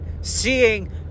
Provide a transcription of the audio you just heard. seeing